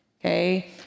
okay